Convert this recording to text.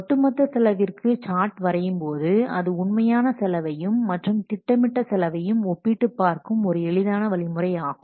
ஒட்டுமொத்த செலவிற்கு சார்ட் வரையும் போது அது உண்மையான செலவையும் மற்றும் திட்டமிட்ட செலவையும் ஒப்பிட்டு பார்க்கும் ஒரு எளிதான வழிமுறை ஆகும்